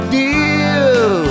deal